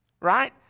right